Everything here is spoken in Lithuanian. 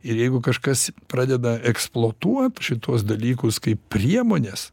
ir jeigu kažkas pradeda eksploatuot šituos dalykus kaip priemones